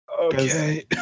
Okay